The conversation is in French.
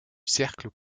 cercle